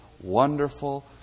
wonderful